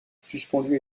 suspendue